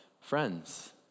Friends